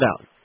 out